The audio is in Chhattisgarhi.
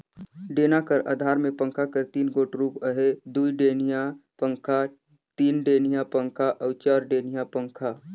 डेना कर अधार मे पंखा कर तीन गोट रूप अहे दुईडेनिया पखा, तीनडेनिया पखा अउ चरडेनिया पखा